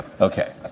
Okay